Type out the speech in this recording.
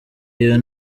iyo